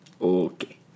Okay